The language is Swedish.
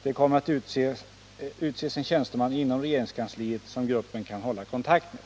Det kommer att utses en tjänsteman inom regeringskansliet som gruppen kan hålla kontakt med.